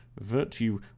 virtue